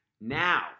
now